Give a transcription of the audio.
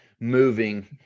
Moving